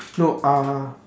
no uh